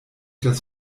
das